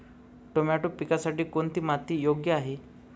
Tomato पिकासाठी कोणती माती योग्य आहे?